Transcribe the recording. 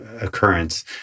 occurrence